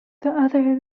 other